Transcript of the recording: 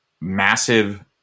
massive